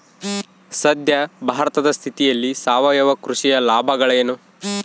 ಸದ್ಯ ಭಾರತದ ಸ್ಥಿತಿಯಲ್ಲಿ ಸಾವಯವ ಕೃಷಿಯ ಲಾಭಗಳೇನು?